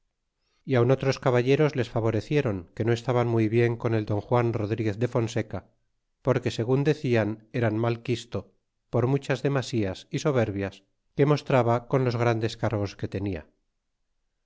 y aun otros caballeros les favorecieron que no estaban muy bien con el don juan rodriguez de fonseca porqüe segun decian era mal quisto por muchas demasías y soberbias que mostraba con los grandes cargos que tenia y